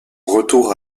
retour